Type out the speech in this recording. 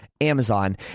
Amazon